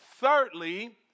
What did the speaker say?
Thirdly